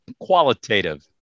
qualitative